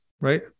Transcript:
right